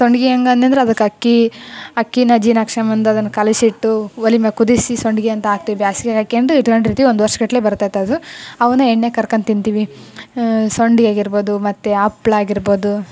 ಸಂಡಿಗೆ ಹೇಗಂದೆನಂದ್ರ ಅದಕ್ಕೆ ಅಕ್ಕಿ ಅಕ್ಕಿನಾ ಜೀನ ಹಾಕಿಸ್ಕೋಬಂದು ಅದನ್ನು ಕಲಸಿಟ್ಟು ಒಲೆಮೇಲ್ ಕುದಿಸಿ ಸಂಡಿಗೆ ಅಂತ ಹಾಕ್ತಿವಿ ಬೇಸ್ಗೆ ಹಾಕೊಂಡ್ ಇಟ್ಕೊಂಡಿರ್ತಿವಿ ಒಂದು ವರ್ಷಗಟ್ಲೆ ಬರ್ತದೆ ಅದು ಅವನ್ನ ಎಣ್ಣೆಗೆ ಕರ್ಕೊಂಡ್ ತಿಂತೀವಿ ಸಂಡಿಗೆ ಆಗಿರ್ಬೌದು ಮತ್ತು ಹಪ್ಳ ಅಗಿರ್ಬೌದು